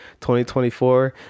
2024